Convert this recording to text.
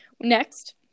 Next